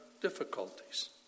difficulties